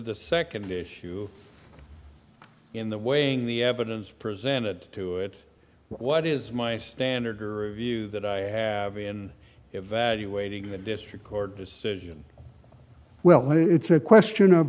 the second issue in the weighing the evidence presented to it what is my standard for view that i have in evaluating the district court decision well when it's a question of